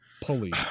pulley